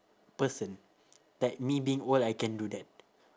person that me being old I can do that